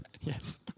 Yes